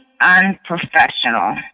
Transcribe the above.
unprofessional